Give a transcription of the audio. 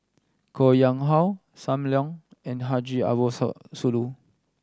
Koh Nguang How Sam Leong and Haji Ambo So Sooloh